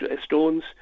stones